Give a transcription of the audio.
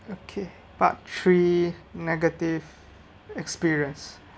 okay part three negative experience